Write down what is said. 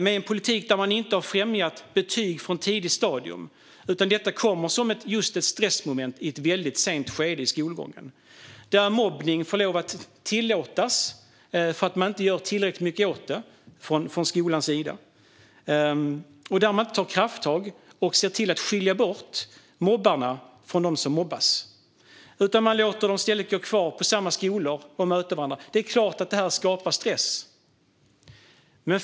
Det är en politik som inte har främjat betyg på ett tidigt stadium, utan betyg kommer som ett stressmoment i ett sent skede av skolgången. Mobbning tillåts för att man inte gör tillräckligt mycket åt det från skolans sida, för att man inte tar krafttag och skiljer mobbarna från dem som mobbas utan låter dem gå kvar i samma skola och möta varandra. Det är klart att det skapar stress.